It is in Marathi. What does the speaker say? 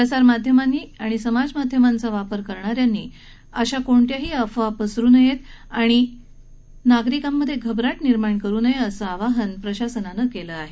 प्रसार माध्यमांनी आणि समाजमाध्यमांचा वापर करणाऱ्यांनी कुठल्याही अफवा पसरवू नयेत आणि नागरिकांमध्ये घबराट निर्माण करू नये असं आवाहन रुग्णालय प्रशासनानं केलं आहे